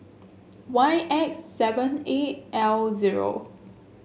Y X seven eight L zero